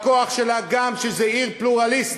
הכוח שלה זה גם שהיא עיר פלורליסטית,